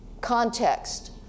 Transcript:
context